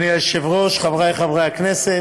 אדוני היושב-ראש, חברי חברי הכנסת,